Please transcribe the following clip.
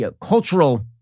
cultural